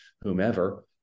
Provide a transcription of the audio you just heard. whomever